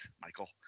Michael